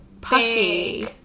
puffy